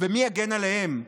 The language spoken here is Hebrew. ומי יגן עליהם?